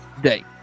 Day